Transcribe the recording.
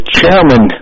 chairman